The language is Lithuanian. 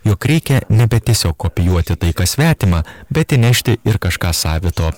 jog reikia nebe tiesiog kopijuoti tai kas svetima bet įnešti ir kažką savito